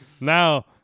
Now